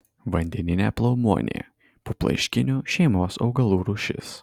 vandeninė plaumuonė puplaiškinių šeimos augalų rūšis